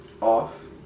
Off